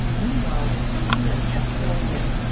meanwhile, the e-mails kept pouring in.